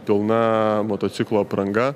pilna motociklo apranga